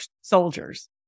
soldiers